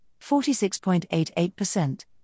46.88%